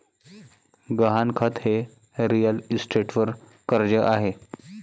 गहाणखत हे रिअल इस्टेटवर कर्ज आहे